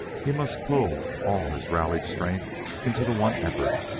he must pull all his rallied strength into the one effort,